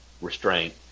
restraint